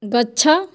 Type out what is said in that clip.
ଗଛ